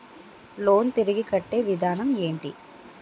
Loan తిరిగి కట్టే విధానం ఎంటి?